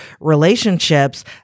relationships